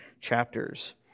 chapters